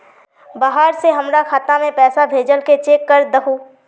बाहर से हमरा खाता में पैसा भेजलके चेक कर दहु?